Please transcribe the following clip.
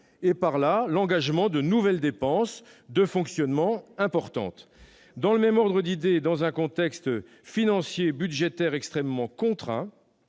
et, par là même, l'engagement de nouvelles dépenses de fonctionnement importantes. Dans le même ordre d'idée, le contexte financier et budgétaire étant extrêmement contraint,